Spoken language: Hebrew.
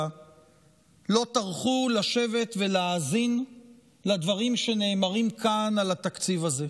לא טרחו לשבת ולהאזין לדברים שנאמרים כאן על התקציב הזה,